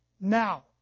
Now